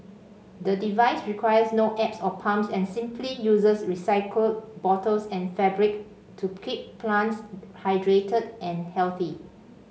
the device requires no apps or pumps and simply uses recycled bottles and fabric to keep plants hydrated and healthy